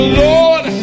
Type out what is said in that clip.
lord